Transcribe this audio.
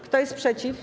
Kto jest przeciw?